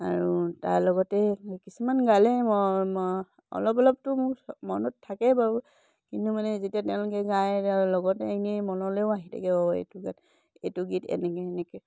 আৰু তাৰ লগতে কিছুমান গালে ম অলপ অলপটো মোৰ মনত থাকেই বাৰু কিন্তু মানে যেতিয়া তেওঁলোকে গাই লগতে এনেই মনলৈও আহি থাকে অঁ এইটো গাত এইটো গীত এনেকৈ এনেকৈ